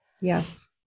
Yes